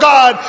God